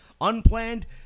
unplanned